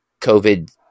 COVID